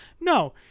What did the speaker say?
No